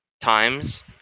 times